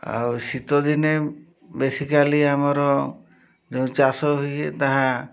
ଆଉ ଶୀତଦିନେ ବେସିକାଲି ଆମର ଯେଉଁ ଚାଷ ହୁଏ ତାହା